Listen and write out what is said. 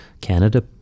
Canada